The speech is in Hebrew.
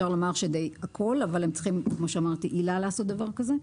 שהם צריכים עילה לעשות דבר כזה.